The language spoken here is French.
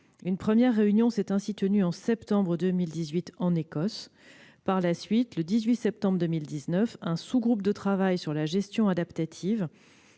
Une première réunion s'est ainsi tenue en septembre 2018 en Écosse. Par la suite, le 18 septembre 2019, un sous-groupe de travail sur la gestion adaptative